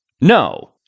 No